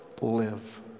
live